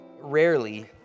rarely